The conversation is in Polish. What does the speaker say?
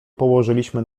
położyliśmy